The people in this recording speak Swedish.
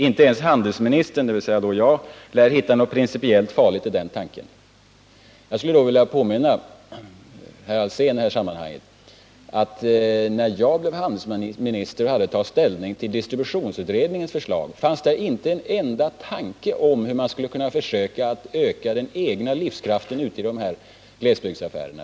”Inte ens handelsministern” — dvs. då jag — ”lär hitta något principiellt farligt i den tanken.” Jag skulle då vilja påminna herr Alsén om att när jag blev handelsminister och hade att ta ställning till distributionsutredningens förslag fanns där inte en enda tanke om hur man skulle kunna försöka öka den egna livskraften i glesbygdsaffärerna.